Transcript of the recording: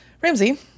ramsey